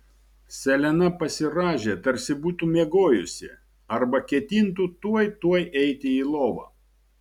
selena pasirąžė tarsi būtų miegojusi arba ketintų tuoj tuoj eiti į lovą